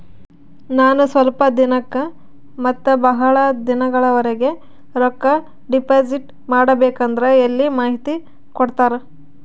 ನಾನು ಸ್ವಲ್ಪ ದಿನಕ್ಕ ಮತ್ತ ಬಹಳ ದಿನಗಳವರೆಗೆ ರೊಕ್ಕ ಡಿಪಾಸಿಟ್ ಮಾಡಬೇಕಂದ್ರ ಎಲ್ಲಿ ಮಾಹಿತಿ ಕೊಡ್ತೇರಾ?